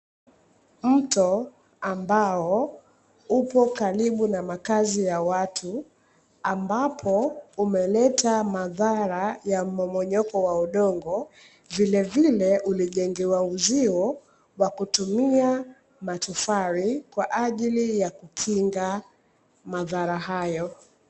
Mto ambawo upo karibu na makazi ya watu, ambapo umeleta madhara ya mmomonyoko wa udongo vile vile umejengewa uziwo kwa matofali kwajili ya kukinga madhara hayo.